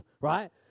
right